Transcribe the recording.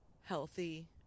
healthy